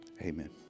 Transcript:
Amen